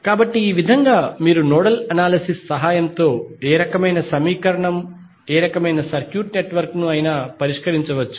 కాబట్టి ఈ విధంగా మీరు నోడల్ అనాలిసిస్ సహాయంతో ఏ రకమైన సమీకరణం ఏ రకమైన సర్క్యూట్ నెట్వర్క్ ను అయినా పరిష్కరించవచ్చు